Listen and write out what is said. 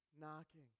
knocking